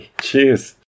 Cheers